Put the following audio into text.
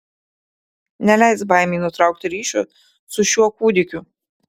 neleisk baimei nutraukti ryšio su šiuo kūdikiu